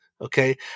okay